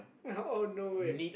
oh no wait